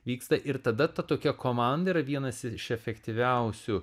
vyksta ir tada ta tokia komanda yra vienas iš efektyviausių